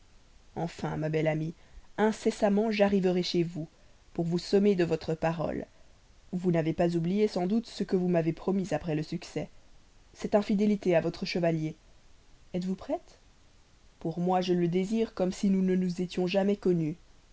enfin ma belle amie incessamment j'arriverai chez vous pour vous sommer de votre parole vous n'avez pas oublié sans doute ce que vous m'avez promis après le succès cette infidélité à votre chevalier êtes-vous prête pour moi je la désire comme si jamais nous ne nous étions connus